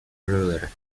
ruler